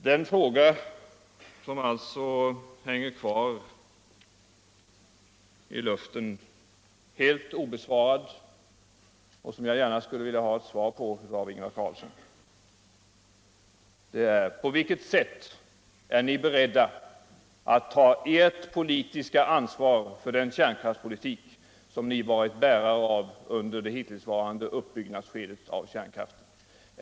Den fråga som hänger kvar i luften helt obesvarad och som jag gärna skulle vilja ha ett svar på från Ingvar Carlsson är: På vilket sätt är ni beredda att ta ert politiska ansvar för den kärnkraftspolitik som ni varit bärare av under det hittillsvarande uppbyggnadsskedet av kärnkraften?